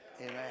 Amen